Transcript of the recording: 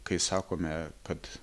kai sakome kad